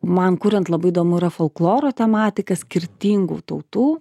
man kuriant labai įdomu yra folkloro tematika skirtingų tautų